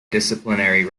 disciplinary